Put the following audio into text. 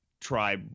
try